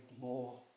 more